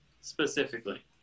specifically